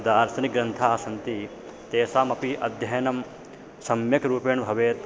दार्शनिकग्रन्थाः सन्ति तेषामपि अध्ययनं सम्यक् रूपेण् भवेत्